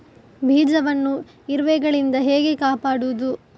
ಬೀಜವನ್ನು ಇರುವೆಗಳಿಂದ ಹೇಗೆ ಕಾಪಾಡುವುದು?